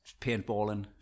paintballing